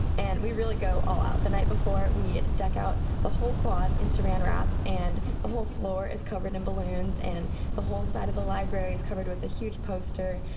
and we really go all out. the night before, we deck out the whole quad in saran wrap, and the whole floor is covered in balloons, and the whole side of the library is covered with a huge poster.